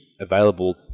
available